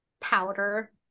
powder